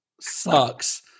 sucks